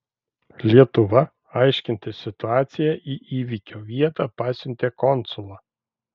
lietuva aiškintis situaciją į įvykio vietą pasiuntė konsulą